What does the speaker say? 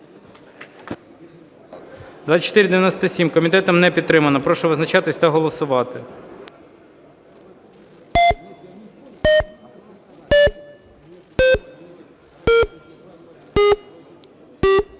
2714. Комітетом не підтримана. Прошу визначатися та голосувати.